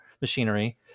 machinery